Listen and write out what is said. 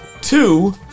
Two